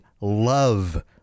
love